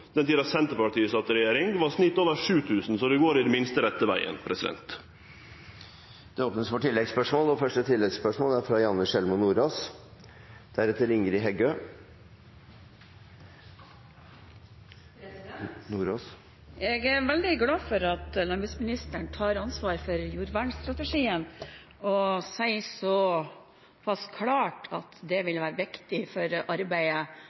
den tida Senterpartiet sat i regjering, var snittet over 7 000. Så det går i det minste rette vegen. Det åpnes for oppfølgingsspørsmål – først Janne Sjelmo Nordås. Jeg er veldig glad for at landbruksministeren tar ansvar for jordvernstrategien og sier såpass klart at den vil være viktig for arbeidet